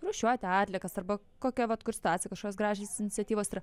rūšiuoti atliekas arba kokia vat kur situacija kažkokios gražios iniciatyvos ir